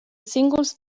singuls